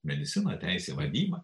mediciną teisę vadybą